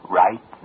right